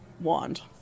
wand